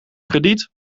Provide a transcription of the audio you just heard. krediet